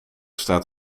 staat